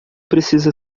precisa